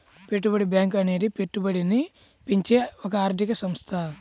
పెట్టుబడి బ్యాంకు అనేది పెట్టుబడిని పెంచే ఒక ఆర్థిక సంస్థ